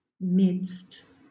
midst